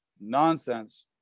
nonsense